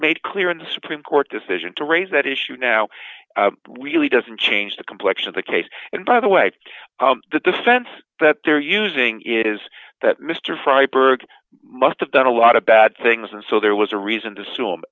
made clear in the supreme court decision to raise that issue now really doesn't change the complection of the case and by the way the defense that they're using is that mr freiberg must have done a lot of bad things and so there was a reason to assume